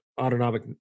autonomic